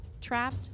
trapped